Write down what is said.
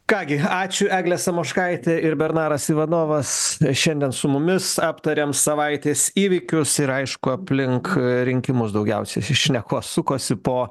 ką gi ačiū eglė samoškaitė ir bernaras ivanovas šiandien su mumis aptarėm savaitės įvykius ir aišku aplink rinkimus daugiausiai iš šnekos sukosi po